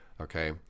Okay